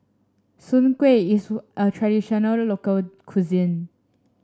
Soon Kuih is a traditional local cuisine